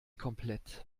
komplett